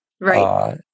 Right